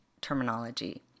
terminology